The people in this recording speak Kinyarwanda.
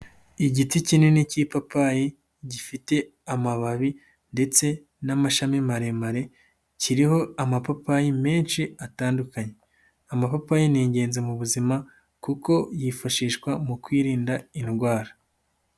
Igiti kinini k'ipapayi gifite amababi ndetse n'amashami maremare kiriho amapapayi menshi atandukanye, amapapayi ni ingenzi mu buzima, kuko yifashishwa mu kwirinda indwara.